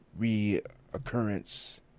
Reoccurrence